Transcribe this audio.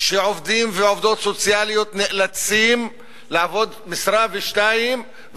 שעובדים ועובדות סוציאליים נאלצים לעבוד משרה ושתיים,